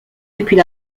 depuis